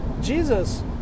Jesus